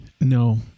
No